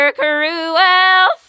cruel